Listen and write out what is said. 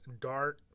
Dart